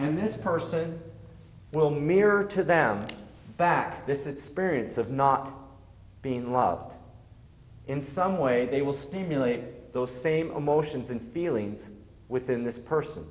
and this person will mirror to them back this experience of not being loved in some way they will stimulate those same emotions and feelings within this person